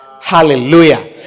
hallelujah